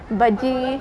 bajji